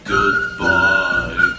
Goodbye